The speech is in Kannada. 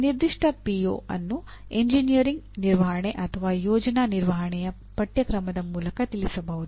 ಈ ನಿರ್ದಿಷ್ಟ ಪಿಒ ಅನ್ನು ಎಂಜಿನಿಯರಿಂಗ್ ನಿರ್ವಹಣೆ ಅಥವಾ ಯೋಜನಾ ನಿರ್ವಹಣೆಯ ಪಠ್ಯಕ್ರಮದ ಮೂಲಕ ತಿಳಿಸಬಹುದು